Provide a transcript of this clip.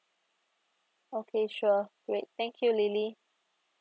okay sure great thank you lily